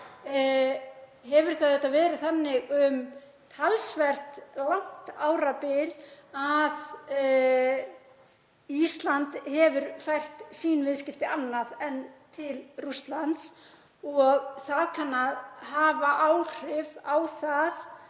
hefur það verið þannig um talsvert langt árabil að Ísland hefur fært sín viðskipti annað en til Rússlands og það kann að hafa áhrif á það